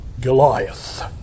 Goliath